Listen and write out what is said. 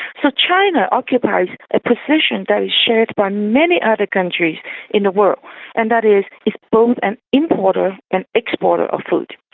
so china occupies a position and that is shared by many other countries in the world and that is it's both an importer and exporter of food.